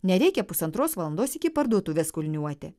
nereikia pusantros valandos iki parduotuvės kulniuoti